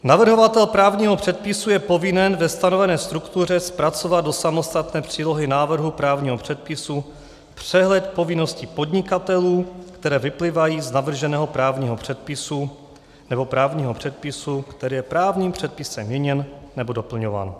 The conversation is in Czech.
Navrhovatel právního předpisu je povinen ve stanovené struktuře zpracovat do samostatné přílohy návrhu právního předpisu přehled povinností podnikatelů, které vyplývají z navrženého právního předpisu nebo právního předpisu, který je právním předpisem měněn nebo doplňován.